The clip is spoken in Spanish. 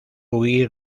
huir